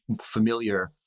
familiar